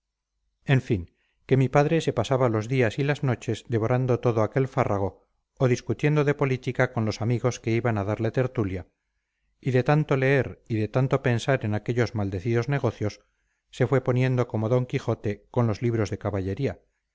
en fin que mi padre se pasaba los días y las noches devorando todo aquel fárrago o discutiendo de política con los amigos que iban a darle tertulia y de tanto leer y de tanto pensar en aquellos maldecidos negocios se fue poniendo como don quijote con los libros de caballería